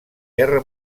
guerra